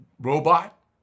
robot